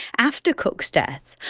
after cook's death,